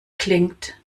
klingt